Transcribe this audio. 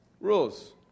Rules